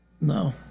No